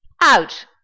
out